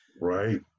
Right